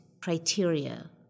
criteria